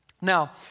Now